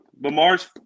Lamar's